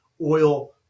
oil